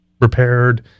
repaired